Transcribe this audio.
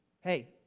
hey